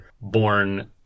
born